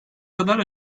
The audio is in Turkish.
kadar